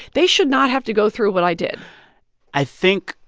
they should not have to go through what i did i think,